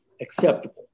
acceptable